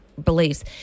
beliefs